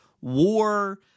war